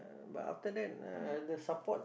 uh but after that uh the support